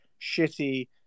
shitty